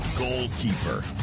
goalkeeper